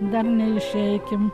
dar neišeikim